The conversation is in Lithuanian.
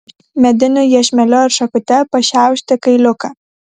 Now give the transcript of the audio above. mediniu iešmeliu ar šakute pašiaušti kailiuką